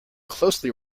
closely